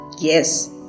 yes